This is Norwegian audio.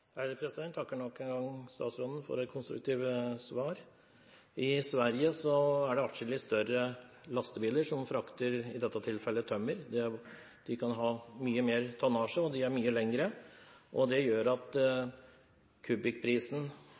takker nok en gang statsråden for et konstruktivt svar. I Sverige er det adskillig større lastebiler som frakter – i dette tilfellet – tømmer. De kan ha mye mer tonnasje og de er mye lengre, og det gjør at kubikkprisen